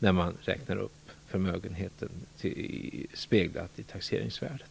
att man räknar upp förmögenheter speglat till taxeringsvärdet.